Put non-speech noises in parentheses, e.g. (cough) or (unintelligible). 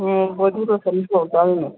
ꯑꯣ body lotion (unintelligible)